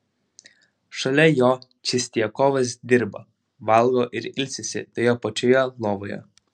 šalia jo čistiakovas dirba valgo ir ilsisi toje pačioje lovoje